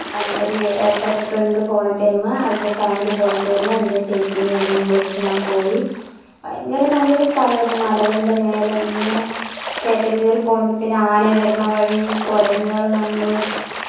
ആ ഒരു എൻ്റെ ഫ്രണ്ട് പോണ ടൈം അവൻ്റെ ഫാമിലി പോണ ടൈം എൻ്റെ ചേച്ചിയെയും എന്നേയും വിളിച്ചു ഞാൻ പോയി ഭയങ്കര നല്ലൊരു സ്ഥലമായിരുന്നു മലകളുടെ മേലെ ഇങ്ങനെ കയറ്റം കയറി പോണത് പിന്നെ ആന വരണ വഴി കുരങ്ങുകൾ കണ്ടു